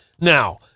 Now